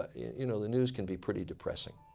ah you know the news can be pretty depressing.